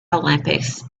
olympics